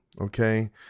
okay